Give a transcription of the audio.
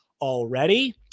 already